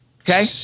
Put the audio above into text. Okay